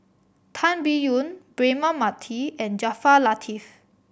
Tan Biyun Braema Mathi and Jaafar Latiff